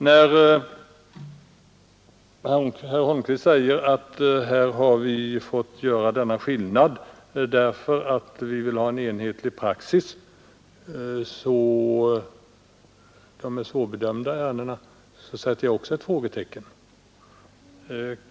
När herr Holmqvist säger att man här har fått göra denna skillnad därför att man vill ha en enhetlig praxis — ärendena är svårbedömda — så sätter jag också ett frågetecken.